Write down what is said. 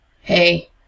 Hey